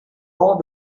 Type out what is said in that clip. all